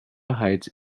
heights